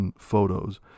photos